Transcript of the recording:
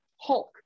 Hulk